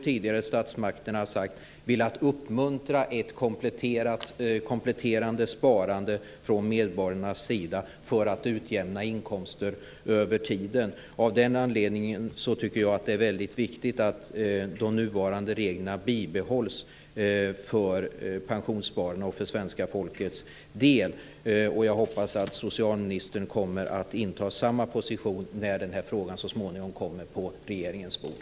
Tidigare har statsmakterna velat uppmuntra ett kompletterande sparande från medborgarnas sida för att utjämna inkomster över tiden. Av den anledningen tycker jag att det är väldigt viktigt att de nuvarande reglerna bibehålls för pensionssparandets och för svenska folkets skull. Jag hoppas att statsrådet kommer att inta samma position när den här frågan så småningom kommer på regeringens bord.